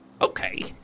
Okay